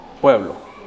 pueblo